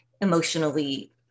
emotionally